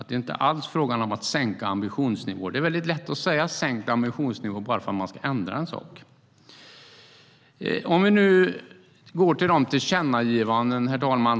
Det är inte alls fråga om att sänka ambitionsnivån. Det är väldigt lätt att prata om sänkt ambitionsnivå bara för att man ska ändra en sak. Herr talman!